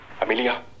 amelia